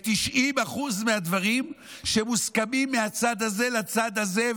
ב-90% מהדברים שמוסכמים מהצד הזה לצד הזה,